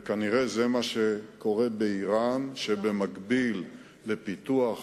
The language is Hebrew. וכנראה זה מה שקורה באירן, במקביל לפיתוח